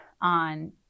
on